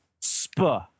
spur